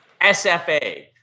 SFA